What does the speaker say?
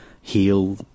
heal